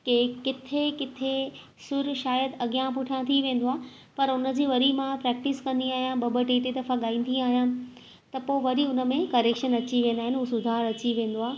की किथे किथे सुरु शायदि अॻियां पुठियां थी वेंदो आहे पर उन जी वरी मां प्रेक्टिस कंदी आहियां ॿ ॿ टे टे दफ़ा ॻाईंदी आहियां त पोइ वरी उन में करेक्शन अची वेंदा आहिनि उहो सुधारु अची वेंदो आहे